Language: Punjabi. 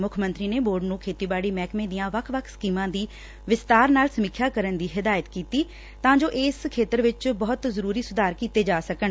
ਮੁੱਖ ਮੰਤਰੀ ਨੇ ਬੋਰਡ ਨੰ ਖੇਤੀਬਾਤੀ ਮਹਿਕਮੇ ਦੀਆਂ ਵੱਖ ਵੱਖ ਸਕੀਮਾਂ ਦੀ ਵਿਸਬਾਰ ਨਾਲ ਸਮੀਖਿਆ ਕਰਨ ਦੀ ਹਿਦਾਇਤ ਕੀਤੀ ਤਾਂ ਜੋ ਇਸ ਖੇਤਰ ਵਿਚ ਬਹੁਤ ਜ਼ਰੁਰੀ ਸੁਧਾਰ ਕੀਤੇ ਜਾ ਸਕਣ